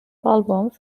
albums